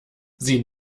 sie